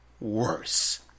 worse